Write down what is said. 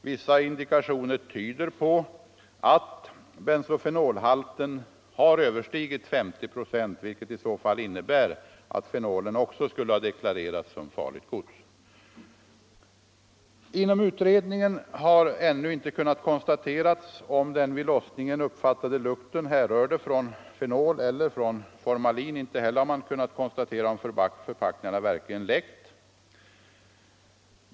Vissa indikationer tyder på att bensofenolhalten har överstigit 50 procent, vilket i så fall innebär att även fenolen skulle ha deklarerats såsom farligt gods. Inom utredningen har ännu inte kunnat konstateras om den vid lossningen uppfattade lukten härrörde från fenol eller från formalin. Inte heller har det kunnat konstateras om förpackningarna verkligen läckt.